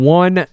one